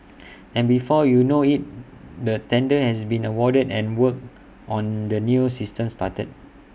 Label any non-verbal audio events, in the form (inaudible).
(noise) and before you know IT the tender has been awarded and work on the new system started